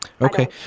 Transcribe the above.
Okay